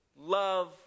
love